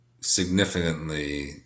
significantly